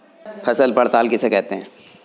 फसल पड़ताल किसे कहते हैं?